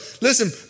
listen